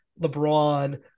LeBron